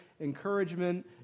encouragement